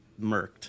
murked